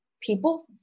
people